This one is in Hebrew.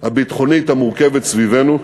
הביטחונית המורכבת סביבנו,